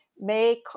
make